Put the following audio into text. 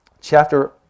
Chapter